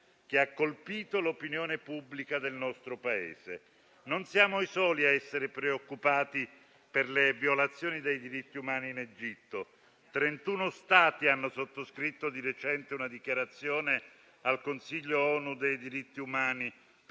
che ha colpito l'opinione pubblica del nostro Paese. Non siamo i soli a essere preoccupati per le violazioni dei diritti umani in Egitto; 31 Stati hanno sottoscritto di recente una dichiarazione al Consiglio ONU dei diritti umani